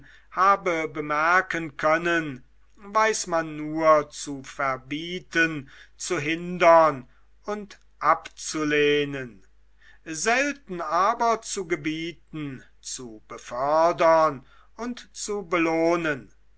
habe bemerken können weiß man nur zu verbieten zu hindern und abzulehnen selten aber zu gebieten zu befördern und zu belohnen